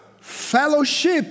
fellowship